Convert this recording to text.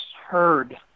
heard